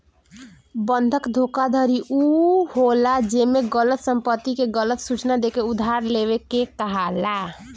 बंधक धोखाधड़ी उ होला जेमे गलत संपत्ति के गलत सूचना देके उधार लेवे के कहाला